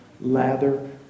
Lather